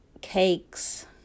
cakes